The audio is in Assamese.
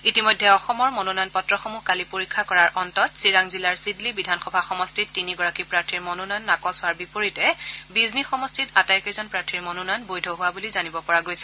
ইতিমধ্যে অসমৰ মনোনয়ন পত্ৰসমূহ কালি পৰীক্ষা কৰাৰ অন্তত চিৰাং জিলাৰ ছিদলী বিধানসভা সমষ্টিত তিনিগৰাকী প্ৰাৰ্থীৰ মনোনয়ন নাকচ হোৱাৰ বিপৰীতে বিজনী সমষ্টিত আটাইকেইজন প্ৰাৰ্থীৰ মনোনয়ন বৈধ হোৱা বুলি জানিব পৰা গৈছে